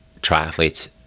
triathletes